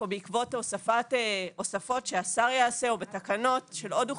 או לקות כאמור שהשר קבע אותה בתקנות".